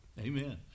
Amen